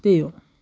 त्यही हो